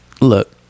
look